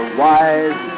wise